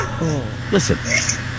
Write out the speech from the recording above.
Listen